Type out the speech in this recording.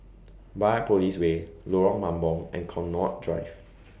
Biopolis Way Lorong Mambong and Connaught Drive